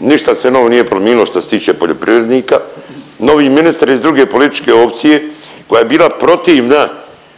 ništa se novo nije promijenilo što se tiče poljoprivrednika. Novi ministri iz drugi političke opcije koja je bila protivna